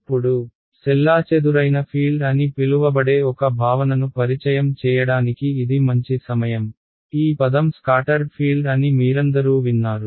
ఇప్పుడు చెల్లాచెదురైన ఫీల్డ్ అని పిలువబడే ఒక భావనను పరిచయం చేయడానికి ఇది మంచి సమయం ఈ పదం స్కాటర్డ్ ఫీల్డ్ అని మీరందరూ విన్నారు